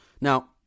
Now